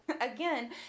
again